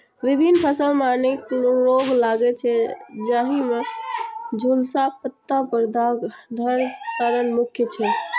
विभिन्न फसल मे अनेक रोग लागै छै, जाहि मे झुलसा, पत्ता पर दाग, धड़ सड़न मुख्य छै